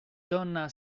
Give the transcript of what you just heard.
donna